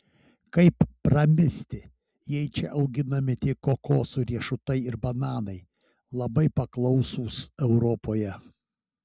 kaip pramisti jei čia auginami tik kokosų riešutai ir bananai labai paklausūs europoje